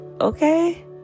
Okay